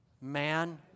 Man